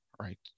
right